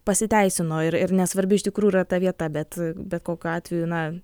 pasiteisino ir ir nesvarbi iš tikrųjų yra ta vieta bet bet kokiu atveju na